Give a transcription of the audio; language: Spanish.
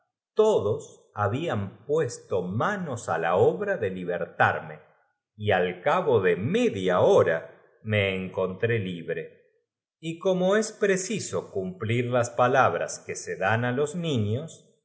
y mujeres puesto manos á la obra de li l ertarme y pues esas son nuestras condiciones al cabo de media hora me encontré libre y si no ahí estás pl'isionero a perpetuidad y como es preciso cumplir las palabras querido euriquito tú eres un niño que se dan á los niños